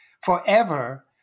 forever